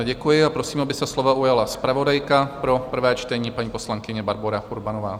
Děkuji a prosím, aby se slova ujala zpravodajka pro prvé čtení, paní poslankyně Barbora Urbanová.